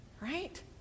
Right